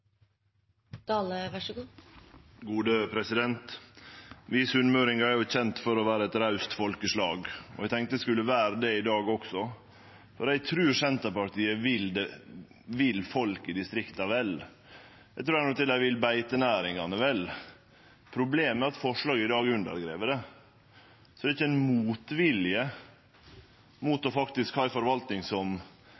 for å vere eit raust folkeslag, og eg tenkte eg skulle vere det i dag også. Eg trur Senterpartiet vil folk i distrikta vel, og eg trur til og med dei vil beitenæringane vel. Problemet er at forslaget i dag undergrev det. Så det er ikkje ein motvilje mot